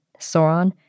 Sauron